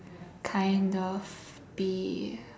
kind of be